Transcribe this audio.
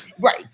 right